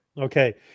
Okay